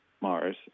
Mars